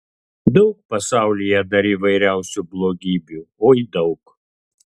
daug pasaulyje dar įvairiausių blogybių oi daug